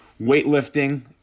weightlifting